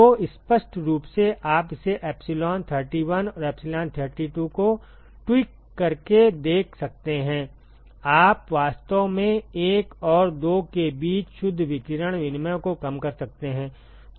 तो स्पष्ट रूप से आप इसे एप्सिलॉन 31 और एप्सिलॉन 32 को ट्विक फेरबदल करके देख सकते हैं आप वास्तव में 1 और 2 के बीच शुद्ध विकिरण विनिमय को कम कर सकते हैं